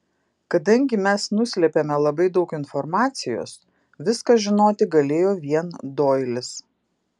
kadangi mes nuslėpėme labai daug informacijos viską žinoti galėjo vien doilis